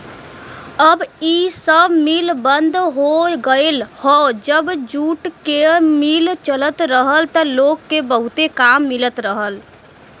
अब इ सब मिल बंद हो गयल हौ जब जूट क मिल चलत रहल त लोग के बहुते काम मिलत रहल